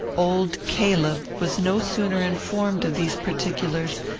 old caleb was no sooner informed of these particulars,